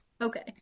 Okay